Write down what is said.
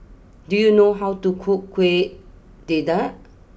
do you know how to cook Kueh Dadar